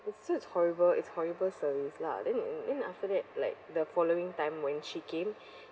it's so horrible it's horrible service lah then then after that like the following time when she came